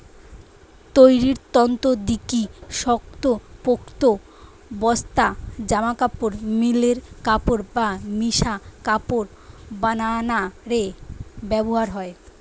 তৈরির তন্তু দিকি শক্তপোক্ত বস্তা, জামাকাপড়, মিলের কাপড় বা মিশা কাপড় বানানা রে ব্যবহার হয়